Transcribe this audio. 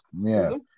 Yes